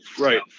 right